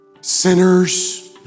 sinners